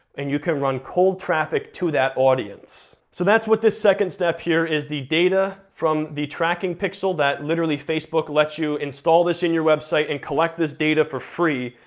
and you can run cold traffic to that audience. so that's what this second step here is, the data from the tracking pixel, that literally facebook lets you install this in your website and collect this data for free,